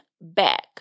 back